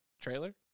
trailer